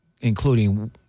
including